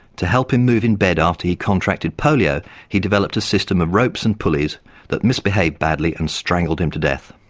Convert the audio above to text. to help him move in bed after he contracted polio he developed a system of ropes and pullies that misbehaved badly and strangled him to death.